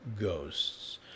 ghosts